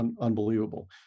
unbelievable